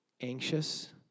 anxious